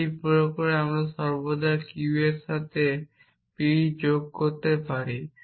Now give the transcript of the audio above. এটি প্রয়োগ করে আমরা সর্বদা q এর সাথে বা p যোগ করতে পারি